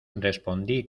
respondí